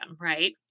right